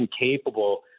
incapable